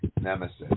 Nemesis